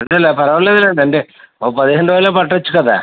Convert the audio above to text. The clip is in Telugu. అంతే లేండి పర్వాలేదులేండి అంటే ఒక పదిహేను రోజులు పట్టచ్చు కదా